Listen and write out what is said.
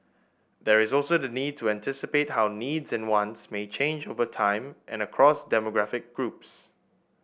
there is also the need to anticipate how needs and wants may change over time and across demographic groups